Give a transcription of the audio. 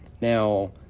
Now